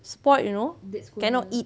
spoilt you know cannot eat